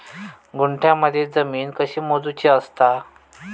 गुंठयामध्ये जमीन कशी मोजूची असता?